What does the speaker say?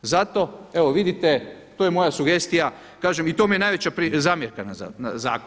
Zato evo vidite to je moja sugestija, kažem i to mi je najveća zamjerka na zakon.